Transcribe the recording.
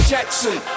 Jackson